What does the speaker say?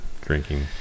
drinking